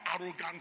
arrogance